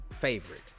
favorite